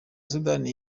sudani